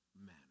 manner